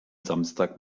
samstag